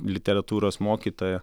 literatūros mokytoja